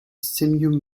simum